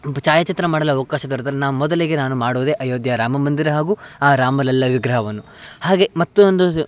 ಛಾಯಾಚಿತ್ರ ಮಾಡಲು ಅವಕಾಶ ದೊರೆತರೆ ನಾ ಮೊದಲಿಗೆ ನಾನು ಮಾಡುವುದೇ ಅಯೋಧ್ಯೆ ರಾಮ ಮಂದಿರ ಹಾಗೂ ಆ ರಾಮಲಲ್ಲ ವಿಗ್ರಹವನ್ನು ಹಾಗೆ ಮತ್ತು ಒಂದು ಸು